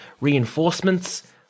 reinforcements